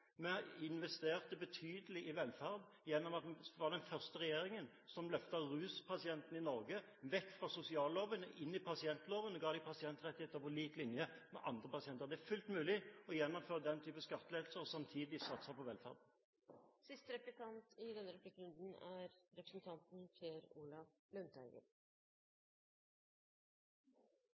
vi investerte betydelig i velferd gjennom at vi var den første regjeringen som løftet ruspasientene i Norge vekk fra sosialloven og inn i pasientloven og ga dem pasientrettigheter på lik linje med andre pasienter. Det er fullt mulig å gjennomføre den type skattelettelser og samtidig satse på velferd.